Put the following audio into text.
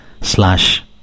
slash